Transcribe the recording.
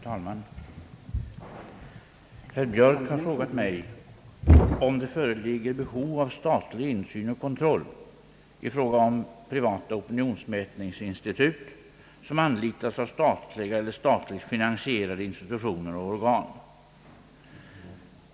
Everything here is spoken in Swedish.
Herr talman! Herr Björk har frågat mig om det föreligger behov av statlig insyn och kontroll i fråga om privata opinionsmätningsinstitut, som anlitas av statliga eller statligt finansierade institutioner och organ.